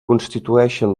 constitueixen